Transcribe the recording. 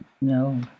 No